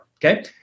Okay